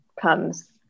comes